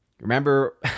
Remember